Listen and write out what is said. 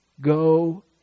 Go